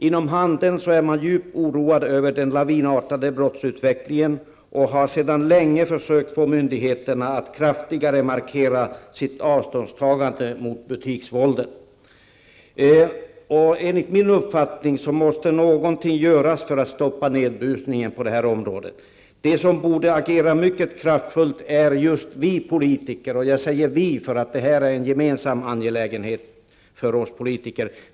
Inom handeln är man djupt oroad över den lavinartade brottsutvecklingen och har sedan länge försökt få myndigheterna att kraftigare markera sitt avståndstagande mot butiksvåldet. Enligt min uppfattning måste någonting göras för att stoppa utvecklingen på det här området. De som borde agera mycket kraftfullt är just vi politiker. Jag säger ''vi'', eftersom det här är en gemensam angelägenhet för oss politiker.